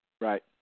Right